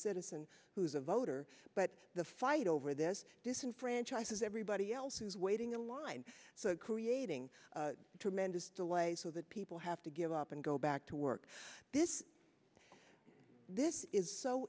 citizen who's a voter but the fight over this disenfranchise everybody else who's waiting in line so creating tremendous delays so that people have to give up and go back to work this this is so